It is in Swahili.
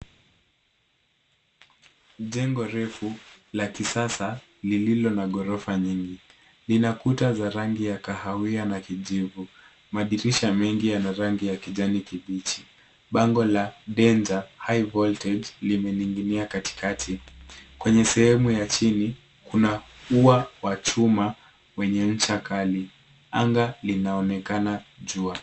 Jengo refu la kisasa lililo na ghorofa nyingi. Lina kuta za rangi ya kahawia na kijivu. Madirisha mengi yana rangi ya kijani kibichi. Bango la danger high voltage linaning'inia katikati. Kwenye sehemu ya chini kuna ya wa chuma wenye ncha Kali. Anga linaonekana jua.